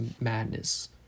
Madness